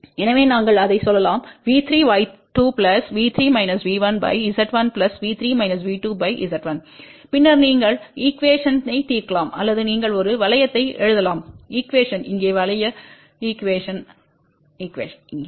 எனவே நாங்கள் அதை சொல்லலாம் V3Y2 Z1 Z1 பின்னர் நீங்கள் ஈகுவேஷன்ட்டை தீர்க்கலாம் அல்லது நீங்கள் ஒரு வளையத்தை எழுதலாம் ஈகுவேஷன் இங்கே வளைய ஈகுவேஷன்டு இங்கே